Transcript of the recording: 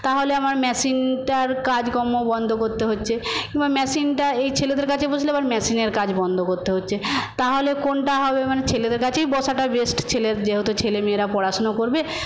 তাহলে আমার মেশিনটার কাজকম্ম বন্ধ করতে হচ্ছে কিংবা মেশিনটা এই ছেলেদের কাছে বসলে আবার মেশিনের কাজ বন্ধ করতে হচ্ছে তাহলে কোনটা হবে মানে ছেলেদের কাছেই বসাটা বেস্ট ছেলের যেহেতু ছেলে মেয়েরা পড়াশোনা করবে